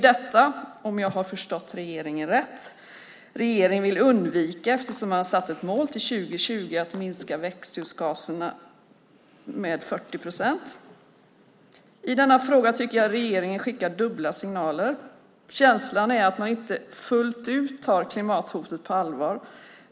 Om jag har förstått regeringen rätt är det ju detta som regeringen vill undvika eftersom man har satt upp målet att till år 2020 minska växthusgaserna med 40 procent. I denna fråga tycker jag att regeringen skickar dubbla signaler. Känslan är att regeringen inte fullt ut tar klimathotet på allvar.